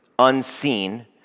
unseen